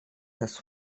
has